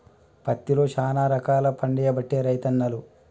పత్తిలో శానా రకాలు పండియబట్టే రైతన్నలు